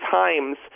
times